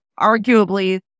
arguably